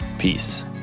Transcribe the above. Peace